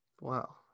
wow